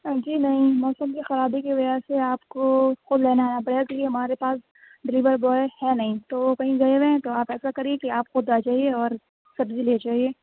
جی نہیں موسم کی خرابی کی وجہ سے آپ کو خود لینے آنا پڑے گا کیونکہ ہمارے پاس ڈلیور بوائے ہے نہیں تو کہیں گئے ہوئے ہیں تو آپ ایسا کریں کہ آپ خود آ جائیے اور سبزی لے جائیے